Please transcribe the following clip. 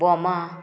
बोमा